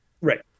Right